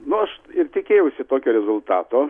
nu aš ir tikėjausi tokio rezultato